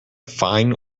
fine